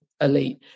elite